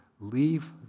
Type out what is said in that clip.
leave